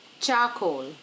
charcoal